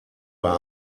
war